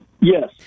Yes